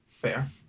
Fair